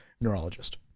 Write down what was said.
neurologist